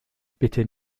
bitte